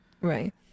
Right